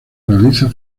realiza